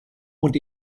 und